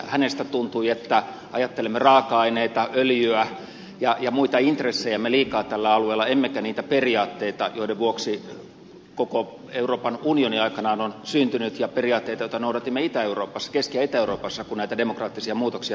hänestä tuntui että ajattelemme raaka aineita öljyä ja muita intressejämme liikaa tällä alueella emmekä niitä periaatteita joiden vuoksi koko euroopan unioni aikanaan on syntynyt ja periaatteita joita noudatimme keski ja itä euroopassa kun näitä demokraattisia muutoksia tapahtui